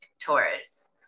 Taurus